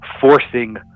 forcing